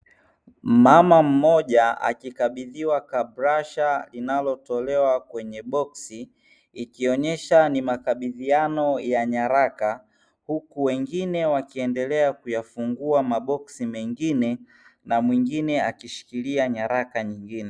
Mmama mmoja akikabidhiwa kabrasha linalotolewa kwenye boksi, ikionesha ni makabidhiano ya nyaraka huku wengine wakiendelea kuyafungua makboksi mengine, na mwingine akishikilia nyaraka nyingine.